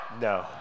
No